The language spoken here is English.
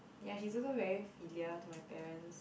ya she's also very filial to my parents